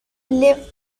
live